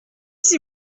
six